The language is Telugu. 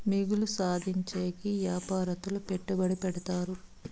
మిగులు సాధించేకి యాపారత్తులు పెట్టుబడి పెడతారు